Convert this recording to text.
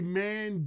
man